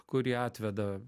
kurie atveda